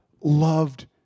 loved